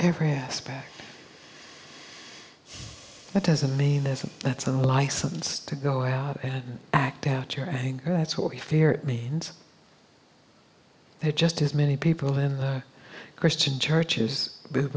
every aspect that doesn't mean that that's a license to go out and act out your anger that's what we fear it means that just as many people in the christian churches